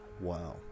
Wow